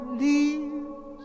leaves